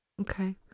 Okay